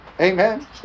Amen